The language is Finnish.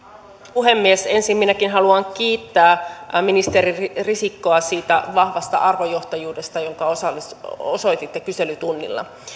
puhemies ensin minäkin haluan kiittää ministeri risikkoa siitä vahvasta arvojohtajuudesta jota osoititte kyselytunnilla